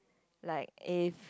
like a